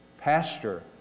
pastor